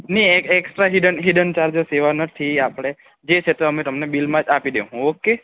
નહીં extra hidden charges એવા નથી આપણે તે છતાં અમે તમને બિલમાં આપી દઈશું તમને ઓકે